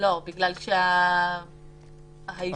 זה בגלל שהאיסור הקבוע הוא שם.